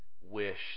wish